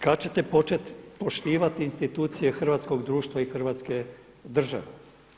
Kada ćete početi poštivati institucije hrvatskoga društva i Hrvatske države?